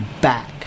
back